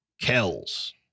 kells